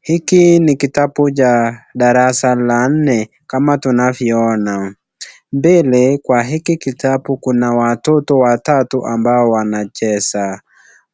Hiki ni kitabu cha darasa la nne kama tunavyo ona. Mbele kwa hiki kitabu kuna watoto watatu ambao wanacheza.